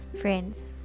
friends